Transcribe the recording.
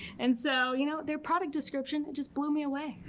and so you know their product description just blew me away.